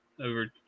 over